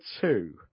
two